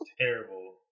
Terrible